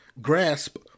grasp